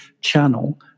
channel